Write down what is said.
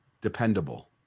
dependable